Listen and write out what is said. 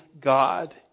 God